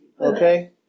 Okay